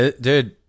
Dude